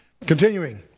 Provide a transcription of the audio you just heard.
Continuing